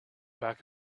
back